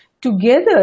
together